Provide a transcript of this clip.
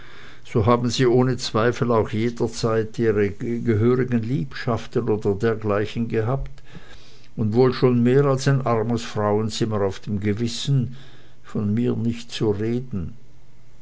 so haben sie ohne zweifel auch jederzeit ihre gehörigen liebschaften oder dergleichen gehabt und wohl schon mehr als ein armes frauenzimmer auf dem gewissen von mir nicht zu reden